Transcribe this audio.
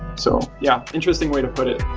so yeah, interesting way to put it.